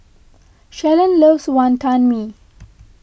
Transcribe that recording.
Shalon loves Wantan Mee